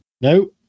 No